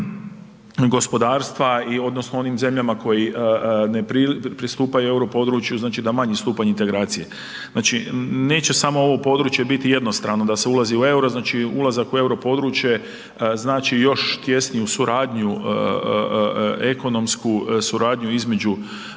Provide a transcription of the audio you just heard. gospodarstva i odnosno onim zemljama koji ne pristupaju Europodručju, znači da manji stupanj integracije, znači neće samo ovo područje biti jednostrano da se ulazi u EUR-o, znači ulazak u Europodručje znači još tjesniju suradnju, ekonomsku suradnju između